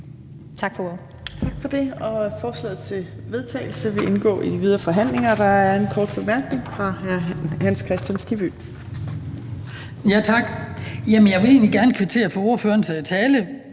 Tak for det. Forslaget til vedtagelse vil indgå i de videre forhandlinger. Der er en kort bemærkning fra hr. Hans Kristian Skibby. Kl. 18:52 Hans Kristian Skibby (DF): Tak. Jeg vil egentlig gerne kvittere for ordførerens tale.